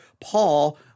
Paul